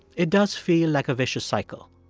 it does feel like a vicious cycle.